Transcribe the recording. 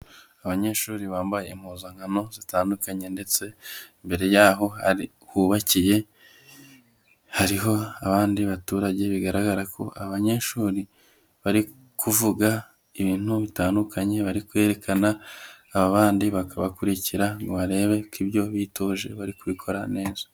Abanyeshuri bambaye impuzankano zitandukanye, ndetse imbere y'aho hubakiye, hariho abandi baturage, bigaragara ko abanyeshuri bari kuvuga ibintu bitandukanye, bari kwerekana, aba bandi bakabakurikira ngo barebe ko ibyo bitoje bari kubikora neza.